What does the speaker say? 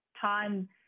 time